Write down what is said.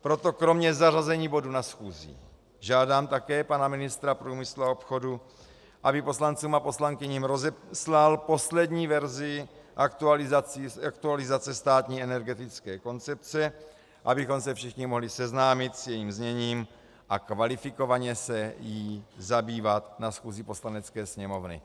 Proto kromě zařazení bodu na schůzi žádám také pana ministra průmyslu a obchodu, aby poslancům a poslankyním rozeslal poslední verzi aktualizace státní energetické koncepce, abychom se všichni mohli seznámit s jejím zněním a kvalifikovaně se jí zabývat na schůzi Poslanecké sněmovny.